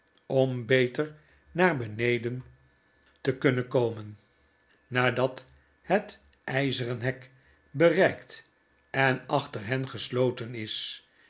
om beter naar beneden te kunnen komen nadat het ijzeren hek bereikt en achter hen gesloten is